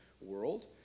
world